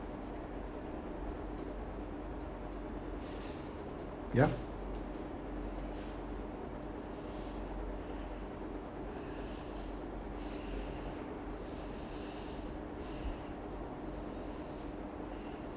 ya